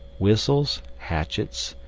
whistles, hatchets,